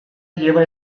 lleva